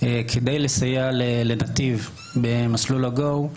כדי לסייע לנתיב במסלול ה-go,